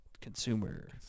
consumer